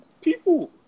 people